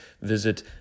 visit